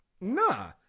nah